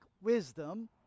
wisdom